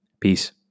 Peace